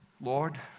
Lord